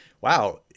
wow